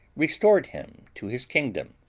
restored him to his kingdom,